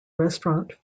restaurant